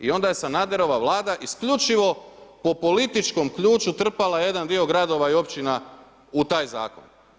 I onda je Sanaderova Vlada isključivo po političkom ključu trpala jedan dio gradova i općina u taj zakon.